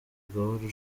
gahoro